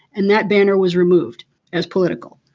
and that banner was removed as political.